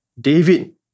David